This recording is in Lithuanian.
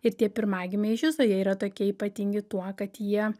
ir tie pirmagimiai iš viso jie yra tokie ypatingi tuo kad jie